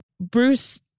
Bruce